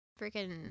freaking